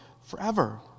forever